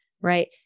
right